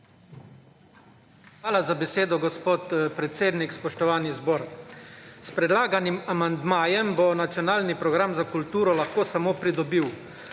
Hvala za besedo, gospod predsednik. Spoštovani zbor! S predlaganim amandmajem bo nacionalni program za kulturo lahko samo pridobil.